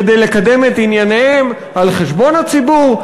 כדי לקדם את ענייניהם על חשבון הציבור,